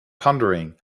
pondering